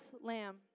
lamb